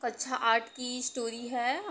कक्षा आठ की स्टोरी है